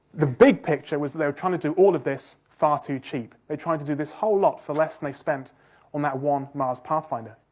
the big picture was they were trying to do all of this far too cheap, they tried to do this whole lot for less than they spent on that one mars pathfinder.